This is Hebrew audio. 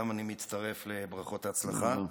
גם אני מצטרף לברכות הצלחה.